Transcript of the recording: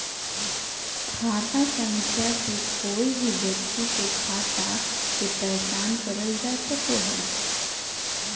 खाता संख्या से कोय भी व्यक्ति के खाता के पहचान करल जा सको हय